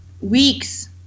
weeks